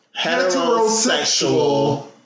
heterosexual